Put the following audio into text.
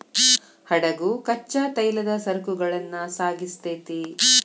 ಹಡಗು ಕಚ್ಚಾ ತೈಲದ ಸರಕುಗಳನ್ನ ಸಾಗಿಸ್ತೆತಿ